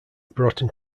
broughton